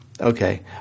okay